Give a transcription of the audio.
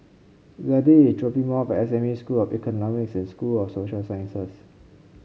Zadie is dropping me off at S M U School of Economics and School of Social Sciences